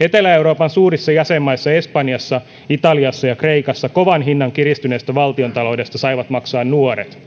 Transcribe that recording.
etelä euroopan suurissa jäsenmaissa espanjassa italiassa ja kreikassa kovan hinnan kiristyneestä valtiontaloudesta saivat maksaa nuoret